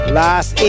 last